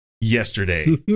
yesterday